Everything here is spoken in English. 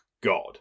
God